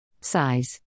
Size